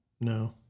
no